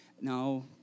no